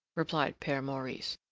replied pere maurice.